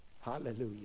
Hallelujah